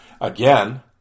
again